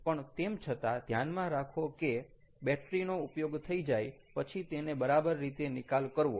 પણ તેમ છતાં ધ્યાનમાં રાખો કે બેટરી નો ઉપયોગ થઈ જાય પછી તેને બરાબર રીતે નિકાલ કરવો